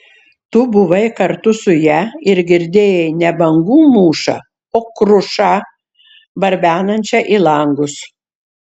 tu buvai kartu su ja ir girdėjai ne bangų mūšą o krušą barbenančią į langus